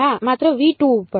હા માત્ર ઉપર